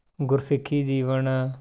ਗੁਰਸਿੱਖੀ ਜੀਵਨ